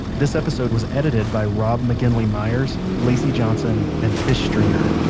this episode was edited by rob mcginley myers, lacy johnson, and tish stringer.